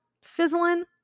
fizzling